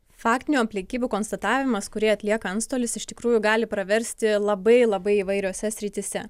faktinių aplinkybių konstatavimas kurį atlieka antstolis iš tikrųjų gali praversti labai labai įvairiose srityse